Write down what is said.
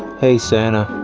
hey, santa.